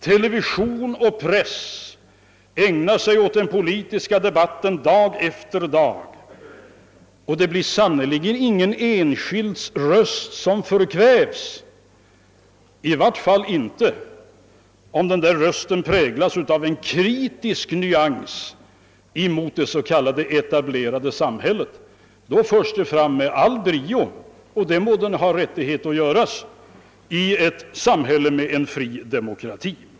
Television och press ägnar sig åt den politiska debatten dag efter dag, och det blir sannerligen ingen enskild röst som förkvävs, i vart fall inte om rösten präglas av en kritisk nyans mot det s.k. etablerade samhället. Då förs den fram med all brio — och det bör den ha rättighet till i ett fritt demokratiskt samhälle.